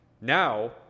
Now